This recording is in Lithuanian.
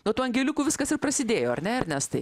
nuo tų angeliukų viskas ir prasidėjo ar ne ernestai